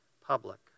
public